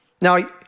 Now